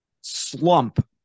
slump